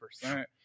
percent